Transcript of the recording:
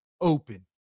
open